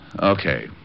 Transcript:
Okay